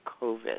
COVID